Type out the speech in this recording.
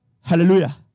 Hallelujah